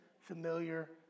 familiar